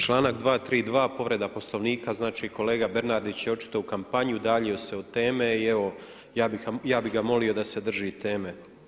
Članak 232. povreda Poslovnika znači kolega Bernardić je očito u kampanji udaljio se od teme i evo ja bih ga molio da se drži teme.